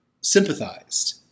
sympathized